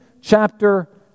chapter